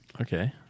Okay